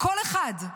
קול אחד.